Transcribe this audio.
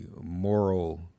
Moral